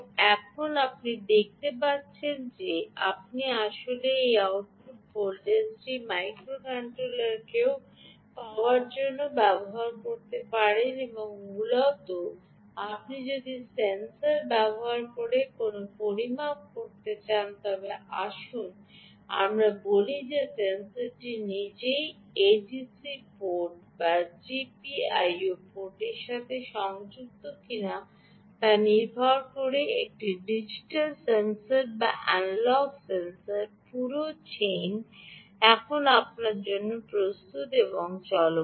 এখন আপনি দেখতে পাচ্ছেন যে আপনি আসলে এই আউটপুট ভোল্টেজটি মাইক্রোকন্ট্রোলারকেও পাওয়ার জন্য ব্যবহার করতে পারেন এবং মূলত আপনি যদি সেন্সর ব্যবহার করে কোনও পরিমাপ করতে চান তবে আসুন আমরা বলি যে সেন্সরটি নিজেই এডিসি পোর্ট বা জিপিআইও পোর্টের সাথে সংযুক্ত কিনা তা নির্ভর করে একটি ডিজিটাল সেন্সর বা একটি এনালগ সেন্সর পুরো চেইন এখন আপনার জন্য প্রস্তুত এবং চলমান